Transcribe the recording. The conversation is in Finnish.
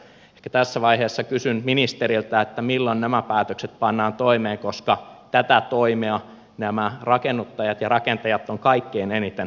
ehkä tässä vaiheessa kysyn ministeriltä milloin nämä päätökset pannaan toimeen koska tätä toimea nämä rakennuttajat ja rakentajat ovat kaikkein eniten peräänkuuluttaneet